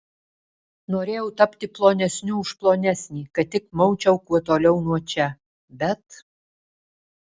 norėjau tapti plonesniu už plonesnį kad tik maučiau kuo toliau nuo čia bet